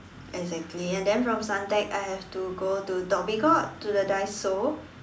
exactly and then from Suntec I have to go to Dhoby Ghaut to the Daiso